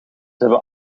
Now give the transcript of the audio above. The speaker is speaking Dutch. hebben